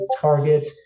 target